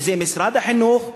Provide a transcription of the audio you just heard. שזה משרד החינוך,